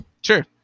Sure